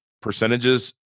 percentages